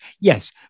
Yes